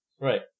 Right